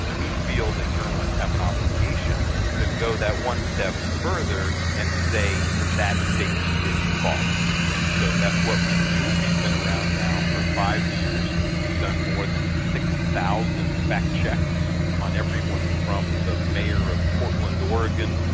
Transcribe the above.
we feel that journalists have an obligation to go that one step further and say that statement is false. and so that's what we do. we've been around now for five years. we've done more than six thousand fact-checks on everyone from the mayor of portland, oregon,